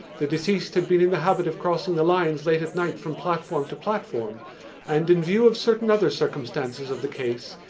the deceased had been in the habit of crossing the lines late at night from platform to platform and, in view of certain other circumstances of the case,